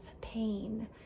pain